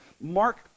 Mark